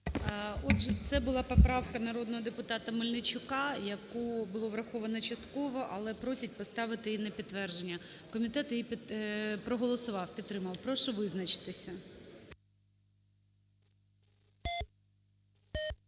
Отже, це була поправка народного депутата Мельничука, яку було враховано частково, але просять поставити її на підтвердження. Комітет її проголосував, підтримав. Прошу визначитися.